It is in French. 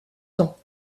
temps